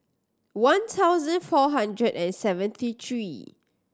one thousand four hundred and seventy three